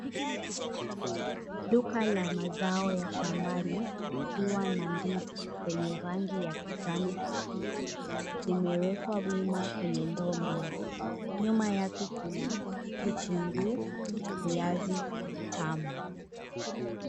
Duka la mazao ya shambani likiwa na ndizi zenye rangi ya kijani kibichi zimewekwa wima kwenye ndogo mbili, nyuma yake kuna vitunguu na viazi vitamu.